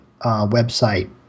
website